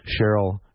Cheryl